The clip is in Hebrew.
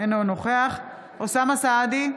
אינו נוכח אוסאמה סעדי,